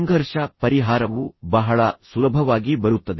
ಸಂಘರ್ಷ ಪರಿಹಾರವು ಬಹಳ ಸುಲಭವಾಗಿ ಬರುತ್ತದೆ